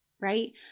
right